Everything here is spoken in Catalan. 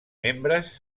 membres